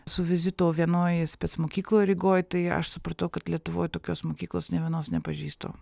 su vizitu vienoj spec mokykloj rygoj tai aš supratau kad lietuvoj tokios mokyklos nė vienos nepažįstu